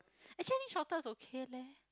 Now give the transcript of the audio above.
actually shorter is okay leh